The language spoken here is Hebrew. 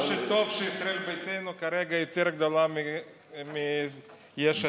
מה שטוב, שישראל ביתנו כרגע יותר גדולה מיש עתיד.